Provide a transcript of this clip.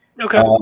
okay